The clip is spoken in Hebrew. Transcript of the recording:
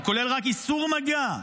הוא כולל רק איסור מגע.